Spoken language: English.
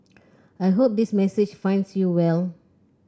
I hope this message finds you well